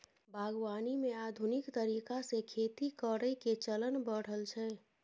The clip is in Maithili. बागवानी मे आधुनिक तरीका से खेती करइ के चलन बढ़ल छइ